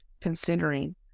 Considering